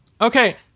Okay